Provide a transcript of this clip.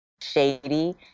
shady